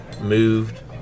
moved